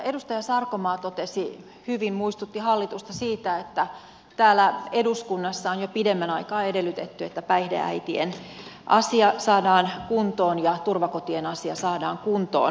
edustaja sarkomaa hyvin muistutti hallitusta siitä että täällä eduskunnassa on jo pidemmän aikaa edellytetty että päihdeäitien asia saadaan kuntoon ja turvakotien asia saadaan kuntoon